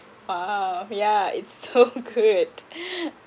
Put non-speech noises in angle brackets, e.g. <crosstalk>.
!wow! yeah it's so <laughs> good <breath>